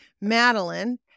Madeline